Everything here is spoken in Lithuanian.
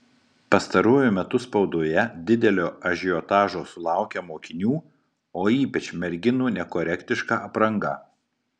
pastaruoju metu spaudoje didelio ažiotažo sulaukia mokinių o ypač merginų nekorektiška apranga